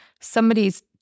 somebody's